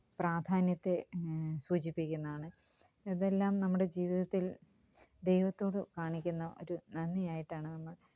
പ്രാധാന്യത്തെ സൂചിപ്പിക്കുന്നതാണ് ഇതെല്ലാം നമ്മുടെ ജീവിതത്തില് ദൈവത്തോട് കാണിക്കുന്ന ഒരു നന്ദിയായിട്ടാണ് നമ്മള്